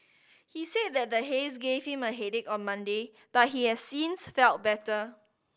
he said that the haze gave him a headache on Monday but he has since felt better